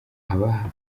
abaha